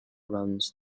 runs